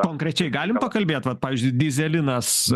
konkrečiai galim pakalbėt vat pavyzdžiui dyzelinas